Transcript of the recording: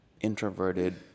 introverted